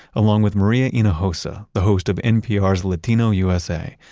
along with maria hinojosa, the host of npr's latino usa.